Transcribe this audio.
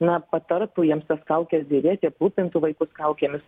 na patartų jiems tas kaukes dėvėti aprūpintų vaikus kaukėmis